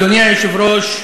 אדוני היושב-ראש,